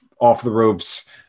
off-the-ropes